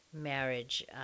Marriage